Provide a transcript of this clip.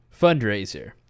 Fundraiser